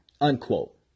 unquote